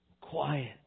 quiet